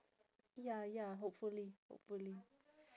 ya ya hopefully hopefully